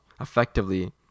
effectively